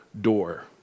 door